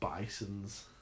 Bisons